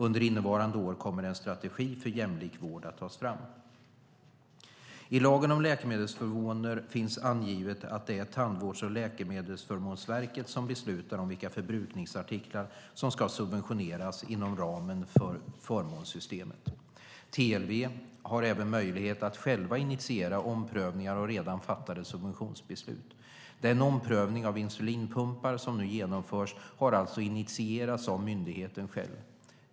Under innevarande år kommer en strategi för jämlik vård att tas fram. I lagen om läkemedelsförmåner finns angivet att det är Tandvårds och läkemedelsförmånsverket som beslutar om vilka förbrukningsartiklar som ska subventioneras inom ramen för förmånssystemet. TLV har även möjlighet att själva initiera omprövningar av redan fattade subventionsbeslut. Den omprövning av insulinpumpar som nu genomförs har alltså initierats av myndigheten själv.